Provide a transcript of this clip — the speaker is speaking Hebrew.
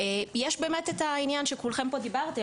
יש באמת את העניין שכולכם פה דיברתם,